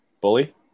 Bully